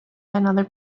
another